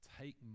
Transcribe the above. Take